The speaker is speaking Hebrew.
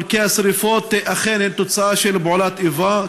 כי השרפות אכן הן תוצאה של פעולת איבה,